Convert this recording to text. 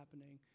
happening